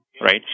right